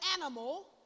animal